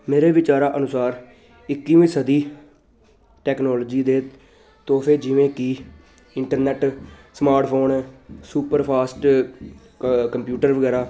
ਮੇਰੇ ਵਿਚਾਰਾਂ ਅਨੁਸਾਰ ਇੱਕੀਵੀਂ ਸਦੀ ਟੈਕਨੋਲੋਜੀ ਦੇ ਤੋਹਫੇ ਜਿਵੇਂ ਕਿ internet smart phone super fast computer ਵਗੈਰਾ